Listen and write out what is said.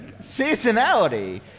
seasonality